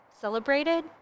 celebrated